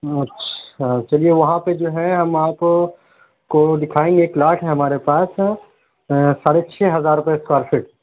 اچھا چلیے وہاں پہ جو ہے ہم آپ کو دکھائیں گے ایک پلاٹ ہے ہمارے پاس ساڑھے چھ ہزار روپئے اسکوائر فٹ